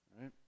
right